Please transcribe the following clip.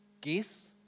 guess